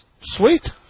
Sweet